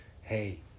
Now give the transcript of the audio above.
hey